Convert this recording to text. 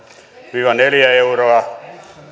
viiva neljä euroa